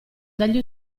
dagli